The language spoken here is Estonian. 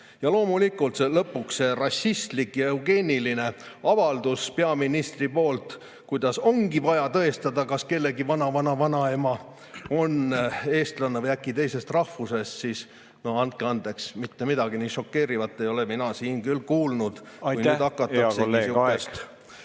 Ja loomulikult, lõpuks see rassistlik ja eugeeniline avaldus peaministri poolt, kuidas ongi vaja tõestada, kas kellegi vanavanavanaema on eestlane või äkki teisest rahvusest – no andke andeks, mitte midagi nii šokeerivat ei ole mina siin küll kuulnud. Aitäh! Hea kolleeg,